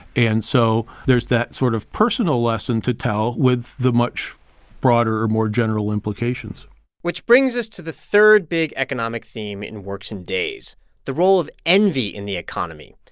and so there's that sort of personal lesson to tell with the much broader, more general implications which brings us to the third big economic theme in works and days the role of envy in the economy.